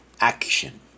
action